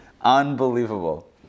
Unbelievable